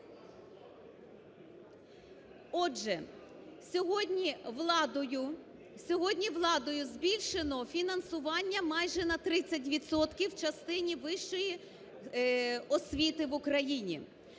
владою, сьогодні владою збільшено фінансування майже на 30 відсотків в частині вищої освіти в Україні.